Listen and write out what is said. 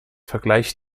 vergleicht